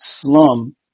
slum